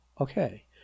Okay